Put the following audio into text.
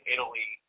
Italy